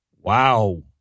Wow